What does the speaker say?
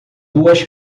duas